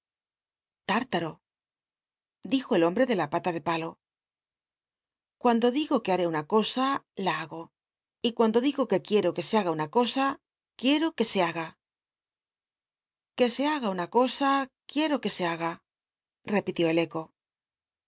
tártaro dijo el hombre de la pala de palo cuando digo que haaé una cosa la hago y cuando digo que quiero que se haga una cosa quicao que se haga que se haga una cosa quiero que se haga repitió el ceo